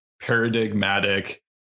paradigmatic